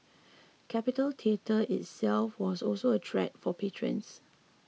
Capitol Theatre itself was also a treat for patrons